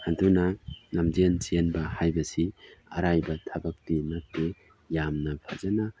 ꯑꯗꯨꯅ ꯂꯝꯖꯦꯟ ꯆꯦꯟꯕ ꯍꯥꯏꯕꯁꯤ ꯑꯔꯥꯏꯕ ꯊꯕꯛꯇꯤ ꯅꯠꯇꯦ ꯌꯥꯝꯅ ꯐꯖꯅ